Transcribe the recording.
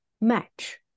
match